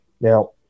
now